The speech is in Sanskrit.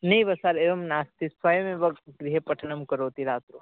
नैव सर् एवं नास्ति स्वयमेव गृहे पठनं करोति रात्रौ